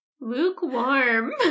Lukewarm